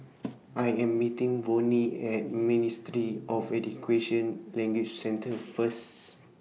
I Am meeting Vonnie At Ministry of Language Center First